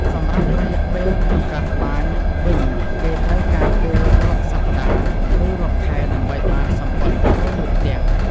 សម្រាប់រយៈពេលលក្នុងការត្បាយវិញគេត្រូវការពេលរាប់សប្ដាហ៍ ឬរាប់ខែដើម្បីបានសំពត់ហូលមួយផ្ទាំង។